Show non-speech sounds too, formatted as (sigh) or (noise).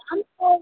(unintelligible)